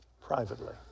privately